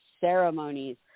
ceremonies